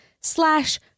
slash